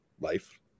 life